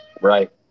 right